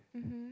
mmhmm